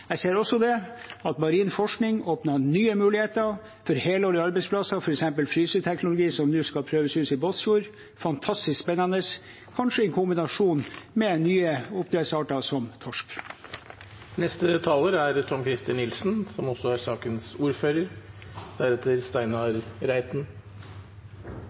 Jeg ser også at marin forskning åpner nye muligheter for helårige arbeidsplasser, f.eks. fryseteknologi som nå skal prøves ut i Båtsfjord. Det er fantastisk spennende – kanskje i kombinasjon med nye oppdrettsarter som torsk. Da Richard Nixon skulle velges, eller stilte som